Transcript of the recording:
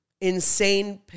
insane